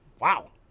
Wow